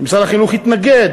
משרד החינוך התנגד,